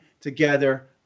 together